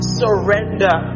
surrender